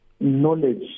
Knowledge